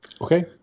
Okay